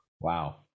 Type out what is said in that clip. Wow